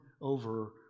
over